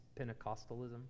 Pentecostalism